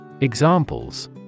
Examples